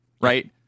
Right